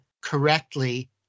correctly